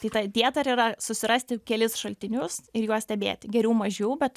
tai ta dieta ir yra susirasti kelis šaltinius ir juos stebėti geriau mažiau bet